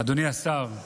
אדוני השר,